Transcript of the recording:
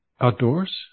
outdoors